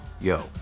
yo